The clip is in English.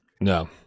no